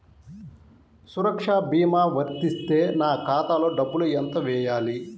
సురక్ష భీమా వర్తిస్తే నా ఖాతాలో డబ్బులు ఎంత వేయాలి?